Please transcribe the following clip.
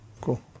Cool